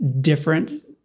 different